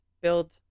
build